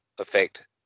effect